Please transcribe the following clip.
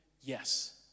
yes